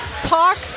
Talk